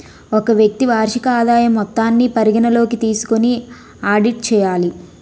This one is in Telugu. ఒక వ్యక్తి వార్షిక ఆదాయం మొత్తాన్ని పరిగణలోకి తీసుకొని ఆడిట్ చేయాలి